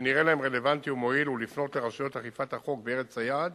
שנראה להם רלוונטי ומועיל ולפנות לרשויות אכיפת החוק בארץ היעד